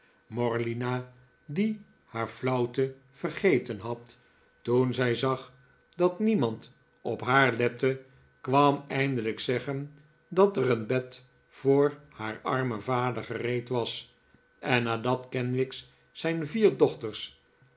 morlina die haar flauwte vergeten had toen zij zag dat niemand op haar lette kwam eindelijk zeggen dat er een bed voor haar armen vader gereed was en nadat kenwigs zijn vier dochters